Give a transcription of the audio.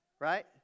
Right